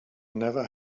never